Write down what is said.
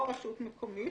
או רשות מקומית,